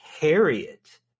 harriet